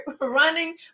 running